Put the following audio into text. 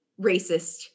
racist